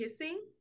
kissing